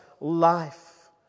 life